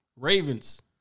Ravens